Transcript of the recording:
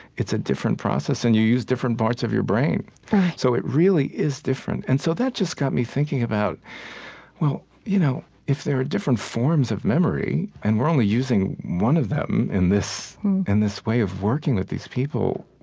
it's a different process and you use different parts of your brain right so it really is different. and so that just got me thinking about well, you know if there are different forms of memory and we're only using one of them in this and this way of working with these people,